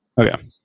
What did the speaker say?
okay